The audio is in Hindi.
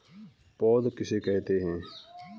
पौध किसे कहते हैं?